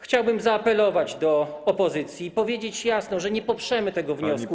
Chciałbym zaapelować do opozycji i powiedzieć jasno, że nie poprzemy tego wniosku.